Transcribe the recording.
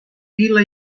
vila